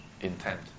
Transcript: intent